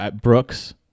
Brooks